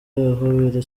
ahobera